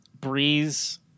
breeze